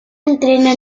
entrena